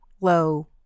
low